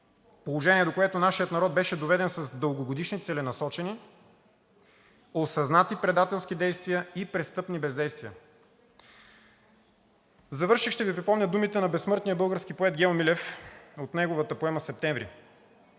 положение, до което нашият народ беше доведен с дългогодишни, целенасочени, осъзнати предателски действия и престъпни бездействия. В завършек ще Ви припомня думите на безсмъртния български поет Гео Милев от неговата поема „Септември“